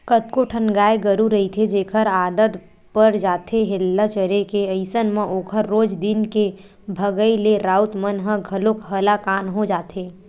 कतको ठन गाय गरु रहिथे जेखर आदत पर जाथे हेल्ला चरे के अइसन म ओखर रोज दिन के भगई ले राउत मन ह घलोक हलाकान हो जाथे